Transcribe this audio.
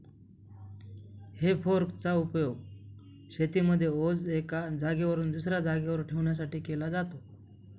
हे फोर्क चा उपयोग शेतीमध्ये ओझ एका जागेवरून दुसऱ्या जागेवर ठेवण्यासाठी केला जातो